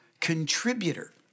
contributor